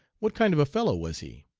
what kind of a fellow was he